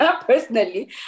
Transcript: Personally